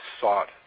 sought